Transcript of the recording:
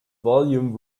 volume